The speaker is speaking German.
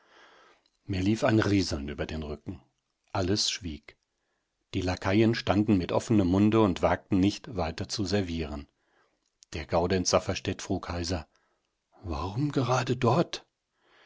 mir lief ein rieseln über den rücken alles schwieg die laquaien standen mit offenem munde und wagten nicht weiter zu servieren der gaudenz safferstätt frug heiser warum gerade dort